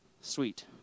Sweet